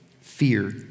fear